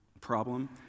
problem